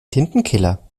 tintenkiller